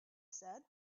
said